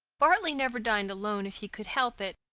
bartley never dined alone if he could help it,